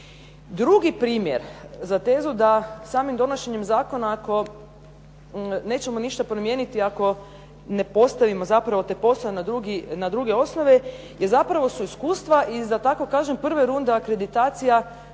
Drugi primjer za tezu da samim donošenjem zakona ako nećemo ništa promijeniti, ako ne postavimo zapravo taj posao na druge osnove zapravo su iskustva iz, da tako kažem prve runde akreditacija